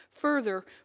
Further